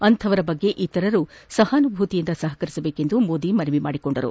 ಅಂತಹವರ ಬಗ್ಗೆ ಇತರರು ಸಹಾನುಭೂತಿಯಿಂದ ಸಹಕರಿಸಬೇಕು ಎಂದು ಮೋದಿ ಮನವಿ ಮಾಡಿದರು